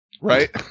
Right